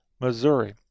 Missouri